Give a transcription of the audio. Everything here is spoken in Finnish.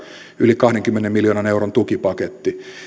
yli kahdenkymmenen miljoonan euron tukipaketti